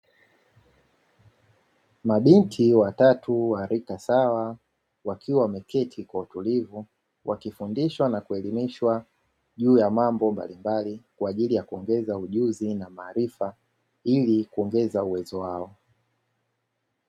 Mabinti watatu wa rika sawa, wakiwa wameketi kwa utulivu wakifundishwa na kuelimishwa juu ya mambo mbalimbali, kwa ajili ya kuongeza ujuzi na maarifa ilikuongeza uwezo wao.